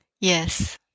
Yes